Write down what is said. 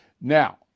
Now